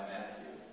Matthew